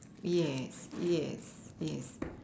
yes yes yes